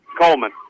Coleman